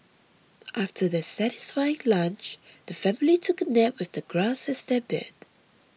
after their satisfying lunch the family took a nap with the grass as their bed